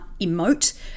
emote